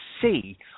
see